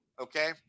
Okay